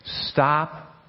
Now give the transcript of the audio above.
Stop